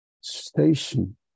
station